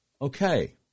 Okay